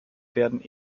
werden